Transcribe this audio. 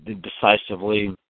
decisively